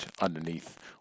underneath